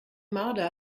marder